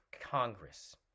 Congress